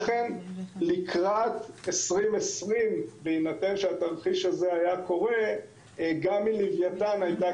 לכן לקראת 2020 בהינתן שהתרחיש הזה היה קורה גם מלוויתן הייתה